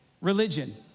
religion